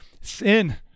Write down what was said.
sin